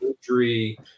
surgery